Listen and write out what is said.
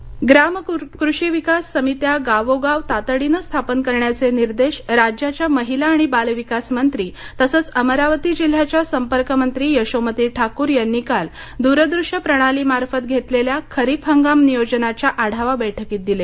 अमरावती ग्राम कृषी विकास समित्या गावोगाव तातडीनं स्थापन करण्याचे निर्देश राज्याच्या महिला आणि बालविकास मंत्री तसंच अमरावती जिल्ह्याच्या संपर्कमंत्री यशोमती ठाकूर यांनी काल द्रदृष्य प्रणाली मार्फत घेतलेल्या खरीप हंगाम नियोजनाच्या आढावा बैठकीत दिले